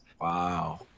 Wow